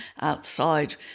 outside